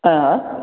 आँए